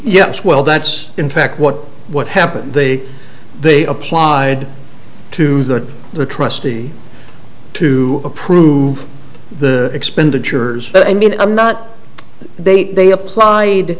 yes well that's in fact what what happened the they applied to the the trustee to approve the expenditures but i mean i'm not they they applied